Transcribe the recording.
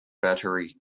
battery